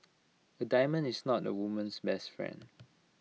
A diamond is not A woman's best friend